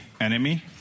enemy